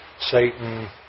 Satan